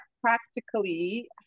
practically